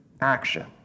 action